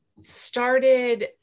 started